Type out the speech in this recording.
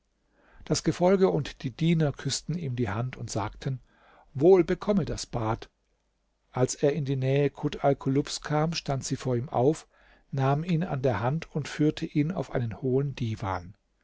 das gefolge und die diener küßten ihm die hand und sagten wohl bekomme das bad als er in die nähe kut alkulubs kam stand sie vor ihm auf nahm ihn an der hand und führte ihn auf einen hohen divan